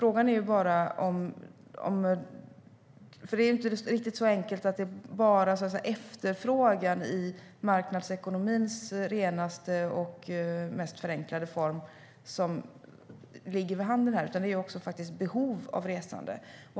Men det är inte riktigt så enkelt att det bara är efterfrågan i marknadsekonomins renaste och mest förenklade form som ligger vid handen här, utan det är också resenärernas behov.